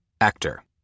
Actor